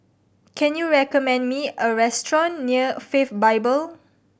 can you recommend me a restaurant near Faith Bible